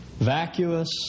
vacuous